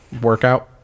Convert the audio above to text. workout